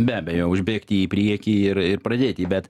be abejo užbėgti į priekį ir ir pradėti bet